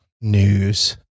news